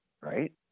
Right